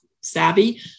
savvy